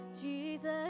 Jesus